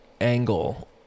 angle